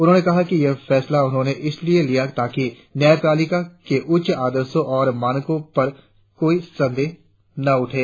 उन्होंने कहा कि यह फैसला उन्होंने इसलिए लिया ताकि न्यायपालिका के उच्च आदर्शों और मानकों पर कोई संदेह न उठे